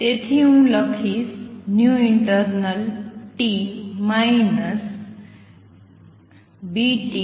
તેથી હું લખીશ internalt vt